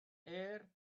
ear